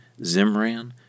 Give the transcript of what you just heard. Zimran